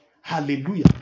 Hallelujah